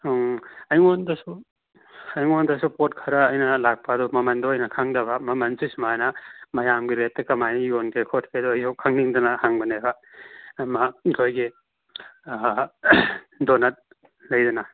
ꯑꯩꯉꯣꯟꯗꯁꯨ ꯑꯩꯉꯣꯟꯗꯁꯨ ꯄꯣꯠ ꯈꯔ ꯑꯩꯅ ꯂꯥꯛꯄ ꯑꯗꯣ ꯃꯃꯟꯗꯣ ꯑꯩꯅ ꯈꯪꯗꯕ ꯃꯃꯟꯁꯦ ꯁꯨꯃꯥꯏꯅ ꯃꯌꯥꯝꯒꯤ ꯔꯦꯠꯇ ꯀꯃꯥꯏ ꯌꯣꯟꯒꯦ ꯈꯣꯠꯀꯦꯗꯣ ꯑꯩꯖꯨ ꯈꯪꯅꯤꯡꯗꯅ ꯍꯪꯕꯅꯦꯕ ꯑꯃ ꯑꯩꯈꯣꯏꯒꯤ ꯗꯣꯅꯠ ꯂꯩꯗꯅ